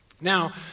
Now